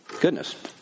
Goodness